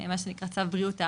מה שנקרא צו בריאות העם,